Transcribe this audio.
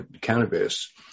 cannabis